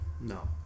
no